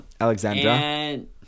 Alexandra